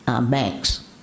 banks